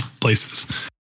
places